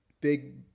big